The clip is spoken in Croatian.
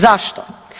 Zašto?